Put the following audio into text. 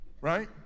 right